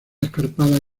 escarpadas